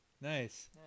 nice